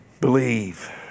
Believe